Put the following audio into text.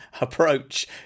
approach